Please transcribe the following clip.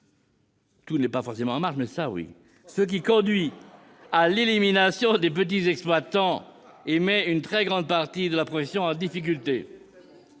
tout n'est pas nécessairement « en marche », mais ça, oui !-, ce qui conduit à l'élimination des petits exploitants et met une très grande partie de la profession en difficulté.